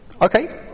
Okay